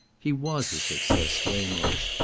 he was a success, waymarsh,